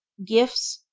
gifts,